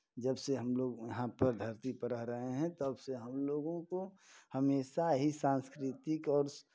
जबसे हमलोग यहाँ पर धरती पर रह रहे हैं तबसे हमलोगों को हमेशा ही सांस्कृतिक और